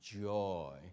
joy